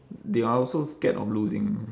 they are also scared of losing